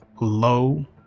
low